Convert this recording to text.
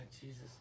Jesus